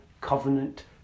covenant